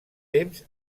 temps